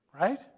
Right